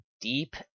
Deep